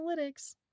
analytics